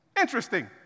Interesting